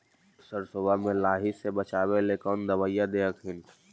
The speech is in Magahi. सरसोबा मे लाहि से बाचबे ले कौन दबइया दे हखिन?